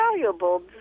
valuable